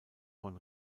von